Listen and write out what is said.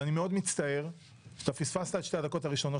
ואני מאוד מצטער שפספסת את שתי הדקות הראשונות